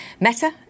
Meta